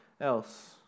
else